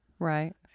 Right